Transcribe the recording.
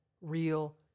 real